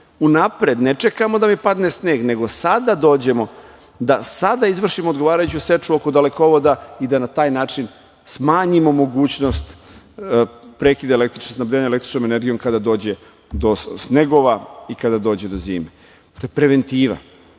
unapred, ne čekamo da mi padne sneg, nego sada dođemo da sada izvršimo odgovarajuću seču oko dalekovoda i da taj način smanjimo mogućnost prekida snabdevanja električnom energijom kada dođe do snegova i kada dođe do zime. To je preventiva.